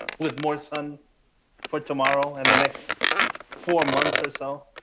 with more sun for tomorrow and the next four months or so.